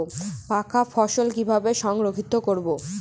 পাকা ফসল কিভাবে সংরক্ষিত করব?